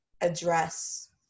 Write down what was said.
address